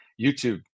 YouTube